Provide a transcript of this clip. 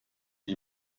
wie